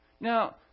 Now